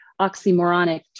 oxymoronic